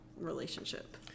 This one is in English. relationship